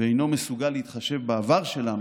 אינו מסוגל להתחשב בעבר שלנו,